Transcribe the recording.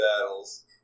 battles